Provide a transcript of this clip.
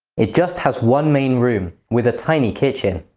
it just has one main room with a tiny kitchen.